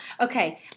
Okay